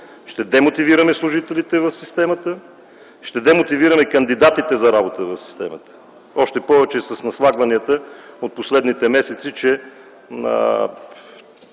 ще демотивираме служителите в системата, ще демотивираме кандидатите за работа в системата. Още повече с наслагванията от последните месеци, че